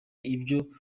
ibyo